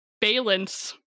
Balance